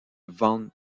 von